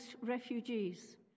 refugees